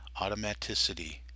automaticity